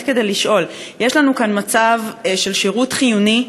כדי לשאול: יש לנו כאן מצב של שירות חיוני,